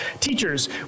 teachers